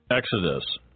Exodus